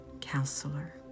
counselor